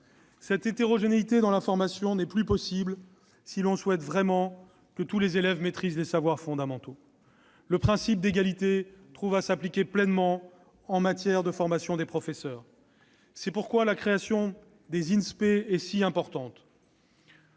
Cette hétérogénéité dans la formation n'est plus possible si l'on souhaite vraiment que tous les élèves maîtrisent les savoirs fondamentaux. Le principe d'égalité doit trouver à s'appliquer pleinement en matière de formation des professeurs. C'est pourquoi la création des Inspé est si importante.